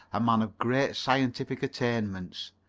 a man of great scientific attainments.